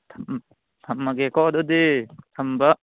ꯊꯝꯃꯒꯦꯀꯣ ꯑꯗꯨꯗꯤ ꯊꯝꯕ